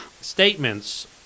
statements